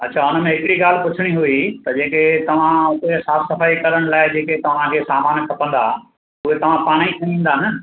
अच्छा हुनमें हिकड़ी ॻाल्हि पुछणी हुई त जेके तव्हां हुते साफ़ सफाई करण लाए जेके तव्हांखे सामान खपंदा उहे तां पाणे ई खणी ईंदा न